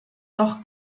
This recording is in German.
doch